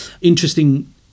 Interesting